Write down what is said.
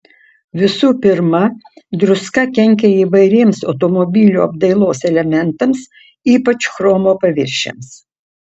visų pirma druska kenkia įvairiems automobilio apdailos elementams ypač chromo paviršiams